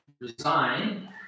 resign